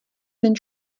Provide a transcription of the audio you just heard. ten